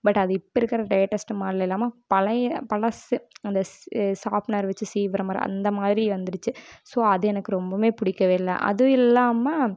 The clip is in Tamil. பட் அது இப்போ இருக்கிற லேட்டஸ்ட்டு மாடல் இல்லாமல் பழைய பழசு அந்த ஸ் ஷார்ப்னர் வச்சி சீவுற மாரி அந்த மாதிரி வந்துடுச்சு ஸோ அது எனக்கு ரொம்பவுமே பிடிக்கவே இல்லை அதுவும் இல்லாமல்